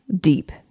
deep